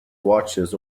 watches